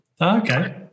Okay